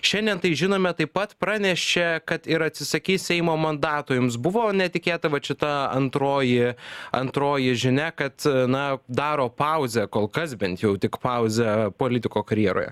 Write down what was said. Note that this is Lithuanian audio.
šiandien tai žinome taip pat pranešė kad ir atsisakys seimo mandato jums buvo netikėta vat šita antroji antroji žinia kad na daro pauzę kol kas bent jau tik pauzę politiko karjeroje